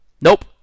Nope